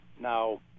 now